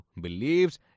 believes